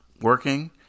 working